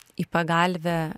į pagalvę